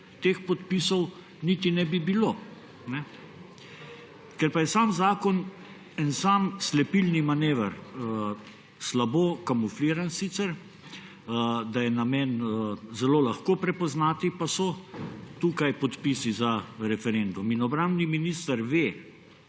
teh podpisov niti ne bi bilo. Ker pa je sam zakon en sam slepilni manever, slabo kamufliran sicer, da je namen zelo lahko prepoznati, pa so tukaj podpisi za referendum. Obrambni minister ve,